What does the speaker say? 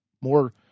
more